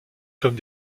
comme